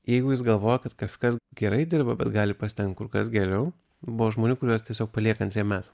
jeigu jis galvoja kad kažkas gerai dirba bet gali pasistengt kur kas geriau buvo žmonių kuriuos tiesiog palieka antriem metam